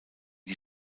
die